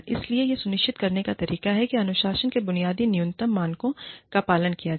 इसलिए यह सुनिश्चित करने का एक तरीका है कि अनुशासन के बुनियादी न्यूनतम मानकों का पालन किया जाए